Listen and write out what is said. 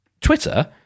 twitter